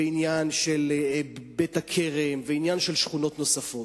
עניין של בית-הכרם ועניין של שכונות נוספות.